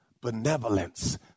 benevolence